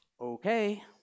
Okay